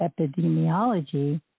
Epidemiology